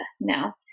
now